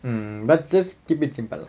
mm but just keep it simple lah